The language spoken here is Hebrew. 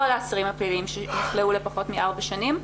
כל האסירים הפעילים שנכלאו לפחות מ-4 שנים,